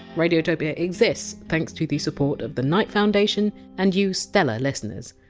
radiotopia exists thanks to the support of the knight foundation and you stellar listeners.